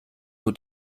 nur